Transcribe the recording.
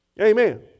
Amen